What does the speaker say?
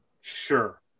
sure